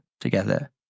together